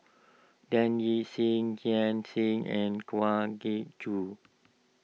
Dan Ying Seah Liang Seah and Kwa Geok Choo